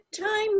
time